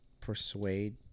persuade